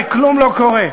וכלום לא קורה.